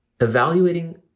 evaluating